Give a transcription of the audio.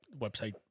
website